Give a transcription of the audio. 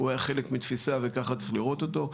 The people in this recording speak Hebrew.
הוא היה חלק מתפיסה וככה צריך לראות אותו.